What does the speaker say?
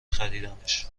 خریدمش